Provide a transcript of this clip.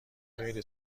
غیر